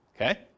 okay